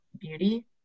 beauty